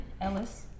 Ellis